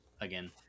again